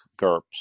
GURPS